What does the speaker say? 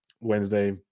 Wednesday